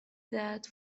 that